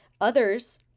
Others